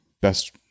best